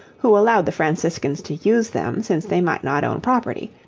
who allowed the franciscans to use them, since they might not own property